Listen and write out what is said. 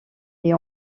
est